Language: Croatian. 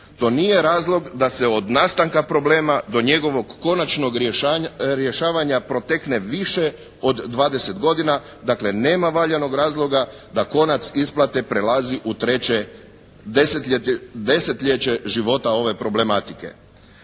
To nije razlog da se od nastanka problema do njegovog konačnog rješavanja protekne više od 20 godina, dakle nema valjanog razloga da konac isplate prelazi u treće desetljeće života ove problematike.